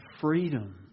freedom